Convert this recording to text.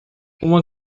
uma